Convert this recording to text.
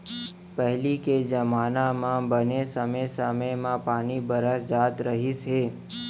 पहिली के जमाना म बने समे समे म पानी बरस जात रहिस हे